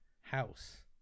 house